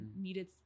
needed